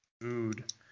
Food